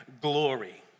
glory